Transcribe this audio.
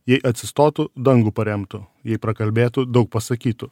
jei atsistotų dangų paremtų jei prakalbėtų daug pasakytų